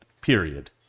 period